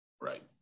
Right